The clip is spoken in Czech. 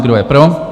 Kdo je pro?